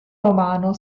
romano